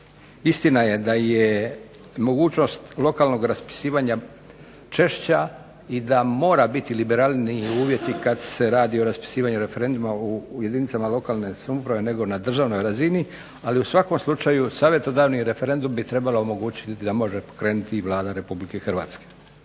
Istina je da je mogućnost lokalnog raspisivanja češća i da mora biti liberalniji uvjeti kad se radi o raspisivanju referenduma u jedinicama lokalne samouprave nego na državnoj razini, ali u svakom slučaju savjetodavni referendum bi trebalo omogućiti da može pokrenuti i Vlada Republike Hrvatske.